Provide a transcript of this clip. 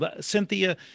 Cynthia